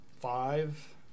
Five